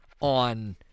on